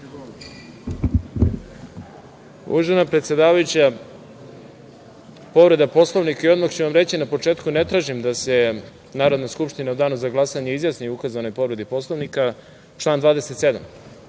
Uvažena predsedavajuća, povreda Poslovnika i odmah ću vam reći na početku, ne tražim da se Narodna skupština u danu za glasanje izjasni o ukazanoj povredi Poslovnika, član